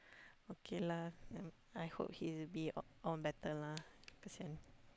okay lah then I hope he will be all all better lah kesian